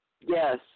Yes